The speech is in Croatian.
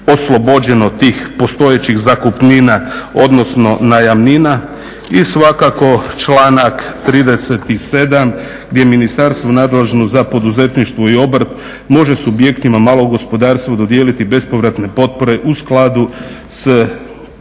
oslobođeno tih postojećih zakupnina, odnosno najamnina. I svakako članak 37. gdje Ministarstvo nadležno za poduzetništvo i obrt može subjektima malog gospodarstva dodijeliti bespovratne potpore u skladu s